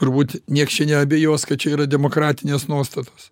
turbūt nieks čia neabejos kad čia yra demokratinės nuostatos